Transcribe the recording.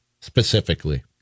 specifically